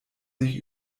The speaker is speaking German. sich